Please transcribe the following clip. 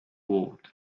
world